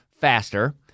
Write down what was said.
faster